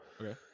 Okay